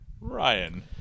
Ryan